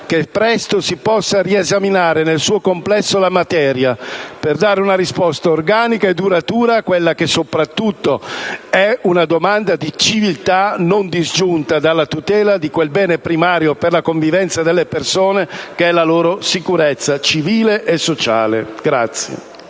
che presto si possa riesaminare la materia nel suo complesso, per dare una risposta organica e duratura ad una domanda di civiltà non disgiunta dalla tutela di quel bene primario per la convivenza delle persone che è la loro sicurezza civile e sociale.